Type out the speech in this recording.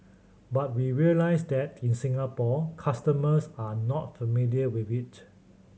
but we realise that in Singapore customers are not familiar with it